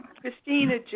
Christina